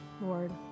Lord